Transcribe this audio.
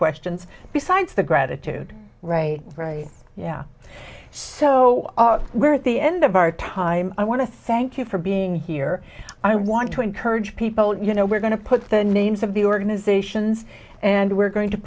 questions besides the gratitude right yeah so we're at the end of our time i want to thank you for being here i want to encourage people you know we're going to put the names of the organizations and we're going to